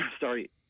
sorry